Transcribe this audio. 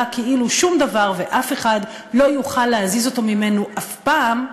כאילו שום דבר ואף אחד לא יוכל להזיז אותו ממנו אף פעם,